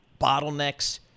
bottlenecks